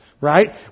right